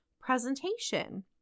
presentation